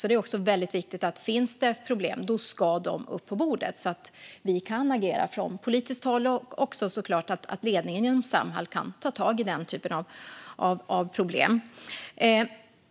Det är väldigt viktigt - finns det problem ska de upp på bordet så att vi kan agera från politiskt håll och så att ledningen inom Samhall kan ta tag i dem.